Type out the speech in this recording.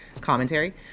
commentary